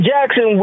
Jackson